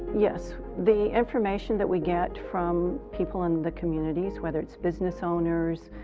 yes, the information that we get from people in the communities, whether it's business owners,